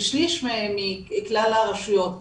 כשליש מכלל הרשויות,